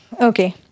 okay